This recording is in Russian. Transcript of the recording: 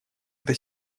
это